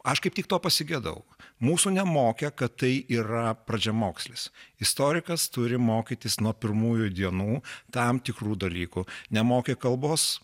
aš kaip tik to pasigedau mūsų nemokė kad tai yra pradžiamokslis istorikas turi mokytis nuo pirmųjų dienų tam tikrų dalykų nemoki kalbos